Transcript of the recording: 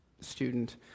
student